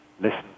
listen